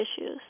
issues